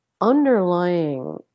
underlying